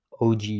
OG